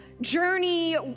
journey